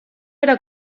era